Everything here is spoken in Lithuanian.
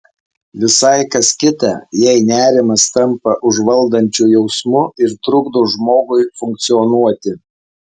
visai kas kita jei nerimas tampa užvaldančiu jausmu ir trukdo žmogui funkcionuoti